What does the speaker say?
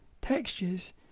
textures